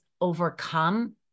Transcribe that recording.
overcome